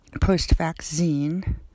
post-vaccine